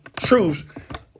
truths